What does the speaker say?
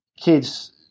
kids